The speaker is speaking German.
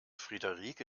friederike